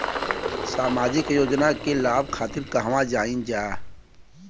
सामाजिक योजना के लाभ खातिर कहवा जाई जा?